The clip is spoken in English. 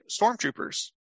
Stormtroopers